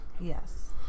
Yes